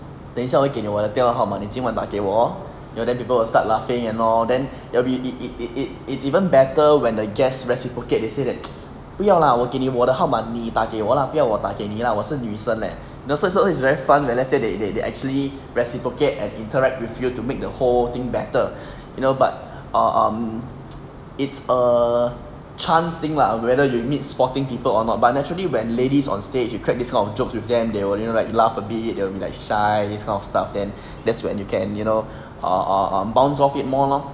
等一下我给你我的电话号码你今晚打给我哦 you know then people will start laughing and all then you'll be it it it it's even better when the guest reciprocate they say that 不要 lah 我给你我的号码你打给我啦不要我打给你了我是女生 leh you know so is very fun let let let's say they they actually reciprocate and interact with you to make the whole thing better you know but ah um it's a chance thing lah whether you meet sporting people or not but naturally when ladies on stage you crack this kind of jokes with them they only like laugh a bit they will be like shy this kind of stuff then that's when you can you know ah um bounce off it more lor